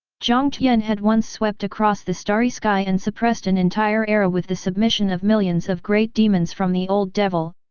jiang tian had once swept across the starry sky and suppressed an entire era with the submission of millions of great demons from the old devil,